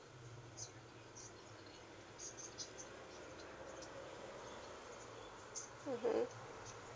mmhmm